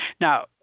Now